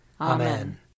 Amen